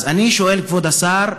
אז אני שואל, כבוד השר,